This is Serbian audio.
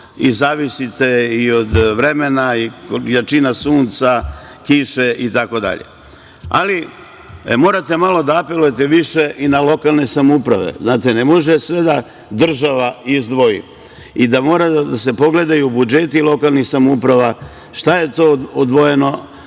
i zavisite i od vremena i jačine sunca, kiše itd. Ali, morate malo da apelujete više i na lokalne samouprave. Znate, ne može sve da država izdvoji i moraju da se pogledaju budžeti lokalnih samouprava šta je to odvojeno